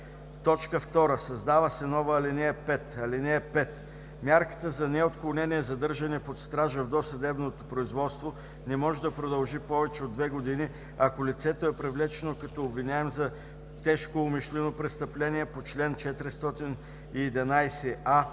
3.“ 2. Създава се нова ал. 5: „(5) Мярката за неотклонение задържане под стража в досъдебното производство не може да продължи повече от две години, ако лицето е привлечено като обвиняем за тежко умишлено престъпление по чл. 411а,